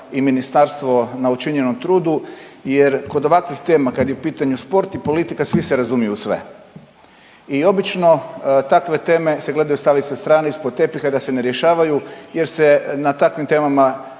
i ministarstvo na učinjenom trudu, jer kod ovakvih tema kad je u pitanju sport i politika svi se razumiju u sve. I obično takve teme se gledaju, stavljaju sa strane ispod tepiha i da se ne rješavaju jer se na takvim temama